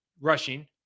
rushing